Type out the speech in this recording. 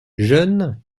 jeune